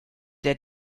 der